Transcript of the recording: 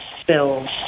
spills